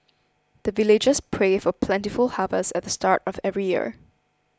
the villagers pray for plentiful harvest at the start of every year